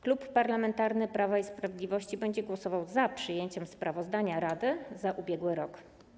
Klub Parlamentarny Prawa i Sprawiedliwości będzie głosował za przyjęciem sprawozdania rady za ubiegły rok.